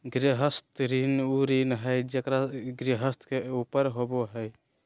गृहस्थ ऋण उ ऋण हइ जे गृहस्थ के ऊपर होबो हइ